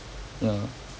ya